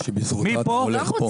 שבזכותה אתה הולך פה.